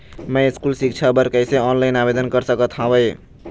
मैं स्कूल सिक्छा बर कैसे ऑनलाइन आवेदन कर सकत हावे?